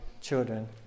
children